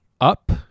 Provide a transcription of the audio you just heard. up